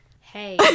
Hey